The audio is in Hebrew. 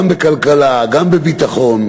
גם בכלכלה, גם בביטחון.